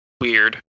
weird